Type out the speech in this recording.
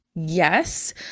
yes